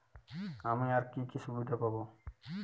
আমি আর কি কি সুবিধা পাব?